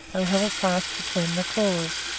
though held fast between the claws.